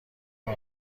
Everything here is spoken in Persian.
این